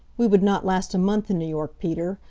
we would not last a month in new york, peter.